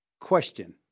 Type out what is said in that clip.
Question